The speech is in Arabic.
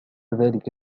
ذلك